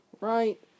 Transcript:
right